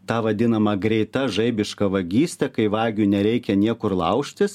ta vadinama greita žaibiška vagystė kai vagiui nereikia niekur laužtis